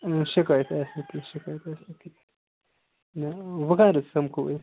اہن حظ شِکایت آسہِ نہٕ کیٚنٛہہ شِکایت آسہِ نہٕ کیٚنٛہہ نہ وۄنۍ کر حظ سَمکھوٚو أسۍ